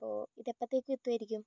അപ്പോൾ ഇത് എപ്പോഴത്തേക്കു എത്തുമായിരിക്കും